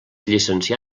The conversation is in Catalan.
llicencià